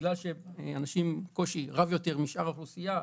בגלל שהם אנשים עם קושי רב יותר משאר האוכלוסייה,